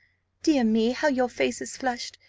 dear me, how your face is flushed!